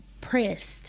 pressed